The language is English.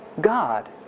God